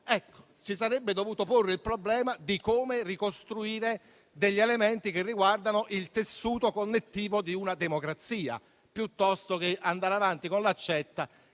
si sarebbe dovuto porre il problema di come ricostruire degli elementi che riguardano il tessuto connettivo di una democrazia, piuttosto che andare avanti con l'accetta